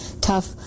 tough